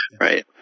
Right